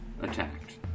attacked